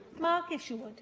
mark isherwood